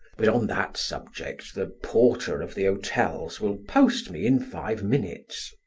but on that subject the porter of the hotels will post me in five minutes.